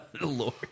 Lord